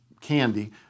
candy